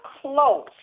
close